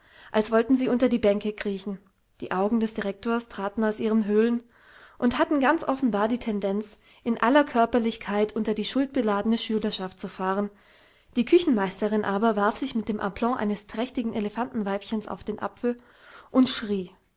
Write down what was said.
als wollten sie unter die bänke kriegen die augen des direktors traten aus ihren höhlen und hatten ganz offenbar die tendenz in aller körperlichkeit unter die schuldbeladene schülerschaft zu fahren die küchenmeisterin aber warf sich mit dem applomb eines trächtigen elefantenweibchens auf den apfel und schrie